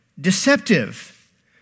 deceptive